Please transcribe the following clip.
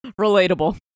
Relatable